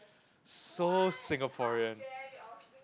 so Singaporean